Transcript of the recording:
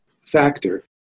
factor